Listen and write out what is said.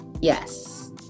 Yes